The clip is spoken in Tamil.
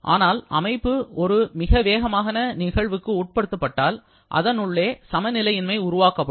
ஆனால் அமைப்பு ஒரு மிக வேகமான நிகழ்வுக்கு உட்படுத்தப்பட்டால் அதனுள்ளே சமநிலையின்மை உருவாக்கப்படும்